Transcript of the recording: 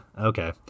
Okay